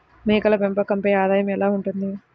మేకల పెంపకంపై ఆదాయం ఎలా ఉంటుంది?